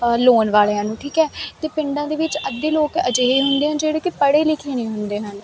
loan ਵਾਲਿਆਂ ਨੂੰ ਠੀਕ ਹੈ ਅਤੇ ਪਿੰਡਾਂ ਦੇ ਵਿੱਚ ਅੱਧੇ ਲੋਕ ਅਜਿਹੇ ਹੁੰਦੇ ਆ ਜਿਹੜੇ ਕਿ ਪੜ੍ਹੇ ਲਿਖੇ ਨਹੀਂ ਹੁੰਦੇ ਹਨ